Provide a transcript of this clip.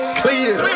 clear